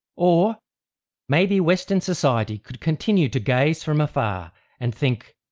or maybe western society could continue to gaze from afar and think,